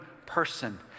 Person